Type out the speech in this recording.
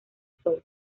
sol